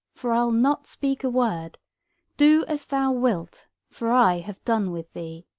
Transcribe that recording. for i'll not speak a word do as thou wilt, for i have done with thee.